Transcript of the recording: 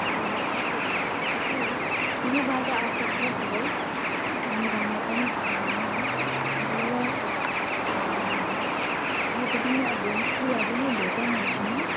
ए त्यसो भए ठिकै हो तिम्रोबाट आशा छ पुरै तिमी राम्रो पनि छौ नानी है ल त र त तिमी भोलि स्कुल आयो भने भेट न एकछिन ल